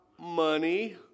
Money